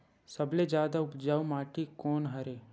सबले जादा उपजाऊ माटी कोन हरे?